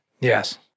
Yes